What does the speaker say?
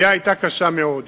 הפגיעה היתה קשה מאוד.